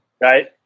Right